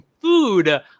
food